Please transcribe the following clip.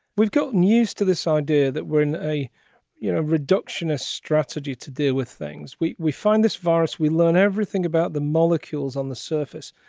we've gotten used to this idea that we're in a you know reductionist strategy to deal with things. we we find this virus. we learn everything about the molecules on the surface.